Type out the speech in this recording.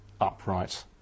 upright